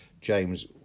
James